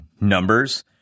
numbers